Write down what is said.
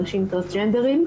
אנשים טרנסנג'דרים.